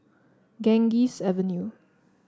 Ganges Avenue